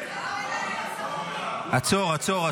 עצור.